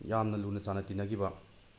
ꯌꯥꯝꯅ ꯂꯨꯅ ꯆꯥꯟꯅ ꯇꯤꯟꯅꯈꯤꯕ